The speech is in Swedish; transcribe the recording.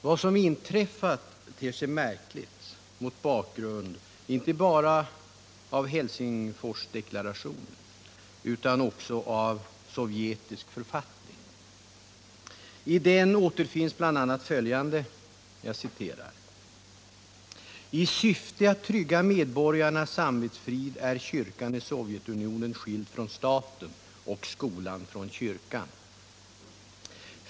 Vad som inträffat ter sig märkligt mot bakgrund inte bara av Helsingforsdeklarationen utan också mot bakgrund av den sovjetiska författningen. I den återfinns bl.a. följande passus: ”I syfte att trygga medborgarnas samvetsfrid är kyrkan i Sovjetunionen skild från staten och skolan från kyrkan.